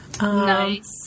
Nice